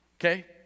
Okay